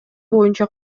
боюнча